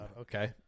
Okay